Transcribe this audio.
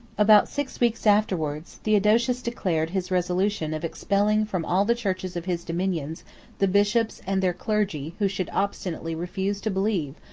about six weeks afterwards, theodosius declared his resolution of expelling from all the churches of his dominions the bishops and their clergy who should obstinately refuse to believe,